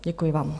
Děkuji vám.